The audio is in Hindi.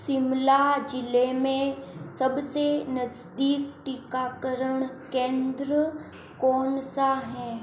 शिमला ज़िले मे सबसे नज़दीक टीकाकरण केंद्र कौन सा है